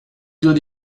good